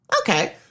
Okay